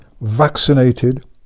vaccinated